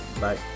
bye